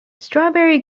strawberry